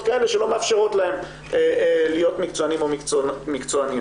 כאלה שלא מאפשרות להם להיות מקצוענים או מקצועניות.